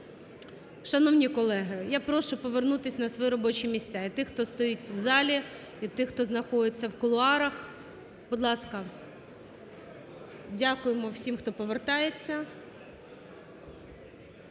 Шановні колеги, я прошу повернутись на свої робочі місця і тих, хто стоїть в залі, і тих, хто знаходиться в кулуарах. Будь ласка. Дякуємо всім, хто повертається.